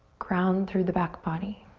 ground through the back body.